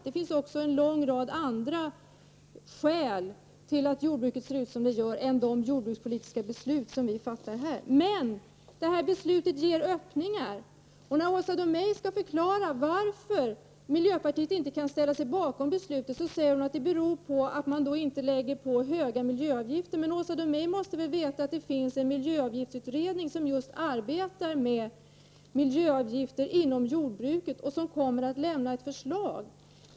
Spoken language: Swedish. Det finns också en lång rad andra skäl till att jordbruket ser ut som det gör än de jordbrukspolitiska beslut som vi fattar här. Men det här beslutet innebär öppningar. När Åsa Domeij skall förklara varför miljöpartiet inte kan ställa sig bakom beslutet säger hon att det beror på att vi inte lägger på höga miljöavgifter. Men Åsa Domeij måste väl veta att en miljöavgiftsutredning arbetar med just frågan om miljöavgifter inom jordbruket och kommer att lämna ett förslag.